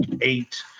eight